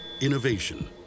Innovation